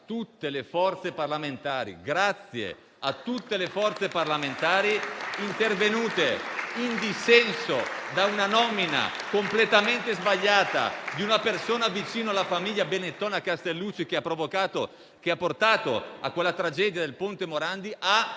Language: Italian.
tutte le forze parlamentari intervenute in dissenso da una nomina completamente sbagliata di una persona vicino alla famiglia Benetton e Castellucci, che ha portato alla tragedia del ponte Morandi,